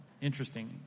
interesting